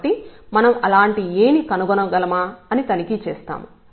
కాబట్టి మనం అలాంటి A ని కనుగొనగలమా అని తనిఖీ చేస్తాము